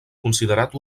considerat